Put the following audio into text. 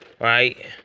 right